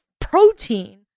protein